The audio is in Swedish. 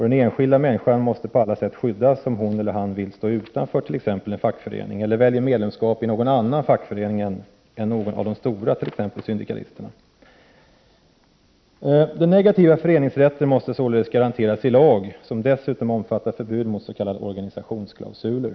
Den enskilda människan måste på alla sätt skyddas om hon eller han vill stå utanför en fackförening, eller om han eller hon hellre väljer medlemskap i någon liten fackförening — t.ex. syndikalisterna — än i någon av de stora föreningarna. Den negativa föreningsrätten måste således garanterasilag, som dessutom omfattar förbud mot s.k. organisationsklausuler.